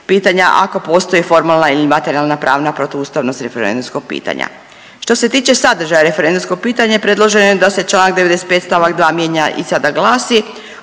pitanja ako postoji formalna ili materijalna pravna protu ustavnost referendumskog pitanja. Što se tiče sadržaja referendumskog pitanja predloženo je da se članak 95. stavak 2. mijenja i sada glasi: